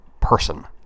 person